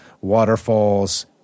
waterfalls